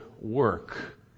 work